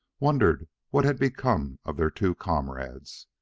wondered what had become of their two comrades.